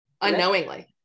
unknowingly